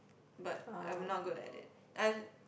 but I'm not good at it I just